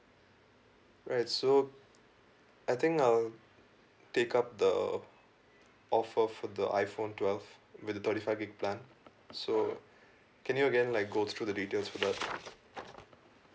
right so I think I'll take up the offer for the iphone twelve with the thirty five gig plan so can you again like go through the details for that